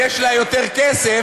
יש לה יותר כסף,